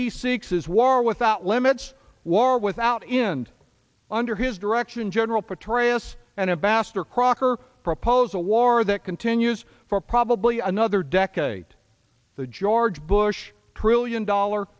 seeks is war without limits war without end under his direction general petraeus and ambassador crocker propose a war that continues for probably another decade the george bush trillion dollar